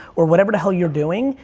or whatever the hell you're doing.